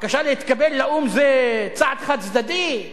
בקשה להתקבל לאו"ם זה צעד חד-צדדי?